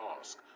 ask